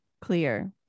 Clear